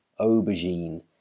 aubergine